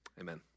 amen